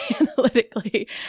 analytically